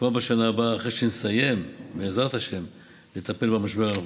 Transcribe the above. כבר בשנה הבאה אחרי שנסיים לטפל במשבר הנוכחי.